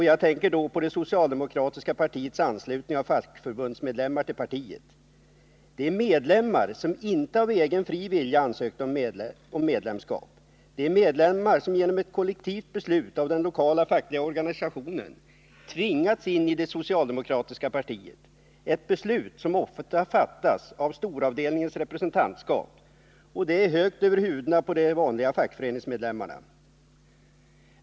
Jag tänker då på det socialdemokratiska partiets anslutning av fackförbundsmedlemmar till partiet - medlemmar som inte av egen fri vilja ansökt om medlemskap utan som genom ett kollektivt beslut av den lokala fackliga organisationen tvingats in i det socialdemokratiska partiet. Beslutet fattas ofta av storavdelningens representantskap, högt över huvudena på de vanliga fackföreningsmedlemmarna.